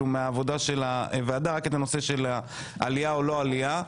ומהעבודה של הוועדה ראיתי רק את הנושא של העלייה או לא עלייה,